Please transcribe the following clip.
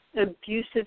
abusive